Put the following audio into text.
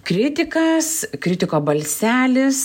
kritikas kritiko balselis